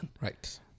Right